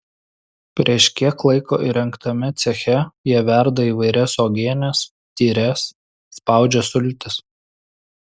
prieš kiek laiko įrengtame ceche jie verda įvairias uogienes tyres spaudžia sultis